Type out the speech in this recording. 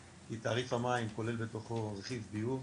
כי תעריף המים כולל בתוכו רכיב ביוב,